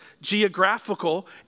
geographical